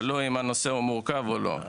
תלוי אם הנושא מורכב או לא.